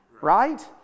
right